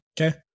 okay